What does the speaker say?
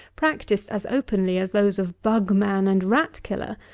practised as openly as those of bug-man and rat-killer,